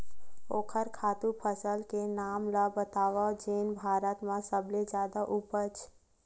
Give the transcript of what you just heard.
ओखर खातु फसल के नाम ला बतावव जेन भारत मा सबले जादा उपज?